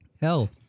hell